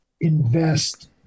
invest